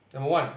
number one